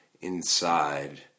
inside